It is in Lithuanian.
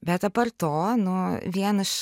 bet apart to nu vien iš